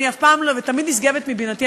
שתמיד נשגבת מבינתי,